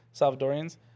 Salvadorians